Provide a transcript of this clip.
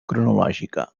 cronològica